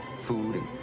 food